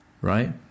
Right